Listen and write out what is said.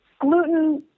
Gluten